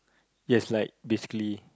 yes like basically